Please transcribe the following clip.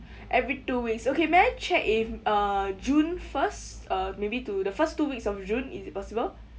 every two weeks okay may I check if uh june first uh maybe to the first two weeks of june is it possible